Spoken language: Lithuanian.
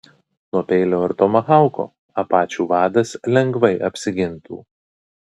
nuo peilio ir tomahauko apačių vadas lengvai apsigintų